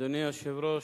אדוני היושב-ראש,